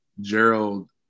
Gerald